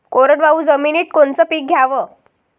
कोरडवाहू जमिनीत कोनचं पीक घ्याव?